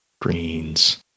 greens